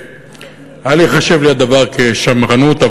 אל ייחשב לי הדבר לשמרנות,